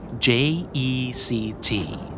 J-E-C-T